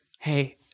Hey